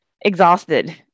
exhausted